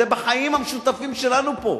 זה בחיים המשותפים שלנו פה.